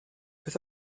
beth